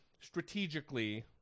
strategically